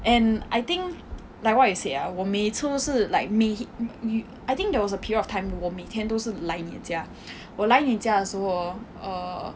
and I think like what you say ah 我每次都是 like 每 I think there was a period of time 我每天都是来你的家我来你家的时候 hor err